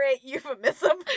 euphemism